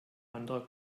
anderer